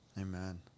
Amen